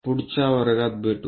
पुढच्या वर्गात भेटू